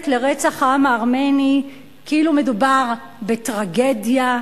לרצח העם הארמני כאילו מדובר בטרגדיה,